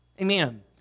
Amen